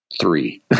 three